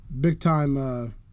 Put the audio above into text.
big-time